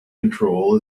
control